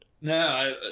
No